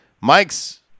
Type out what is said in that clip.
Mike's